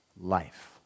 life